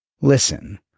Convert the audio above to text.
Listen